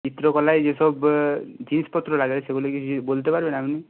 চিত্রকলায় যেসব জিনিসপত্র লাগে সেগুলো কিছু বলতে পারবেন আপনি